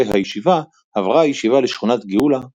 הישיבה עברה הישיבה לשכונת גאולה בירושלים.